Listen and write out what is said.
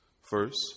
First